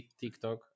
TikTok